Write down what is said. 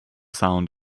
sound